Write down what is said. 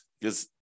because-